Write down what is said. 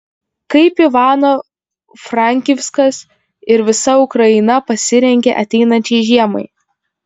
kaip ivano frankivskas ir visa ukraina pasirengė ateinančiai žiemai